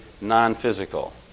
non-physical